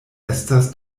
estas